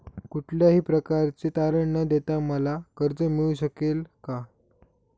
कुठल्याही प्रकारचे तारण न देता मला कर्ज मिळू शकेल काय?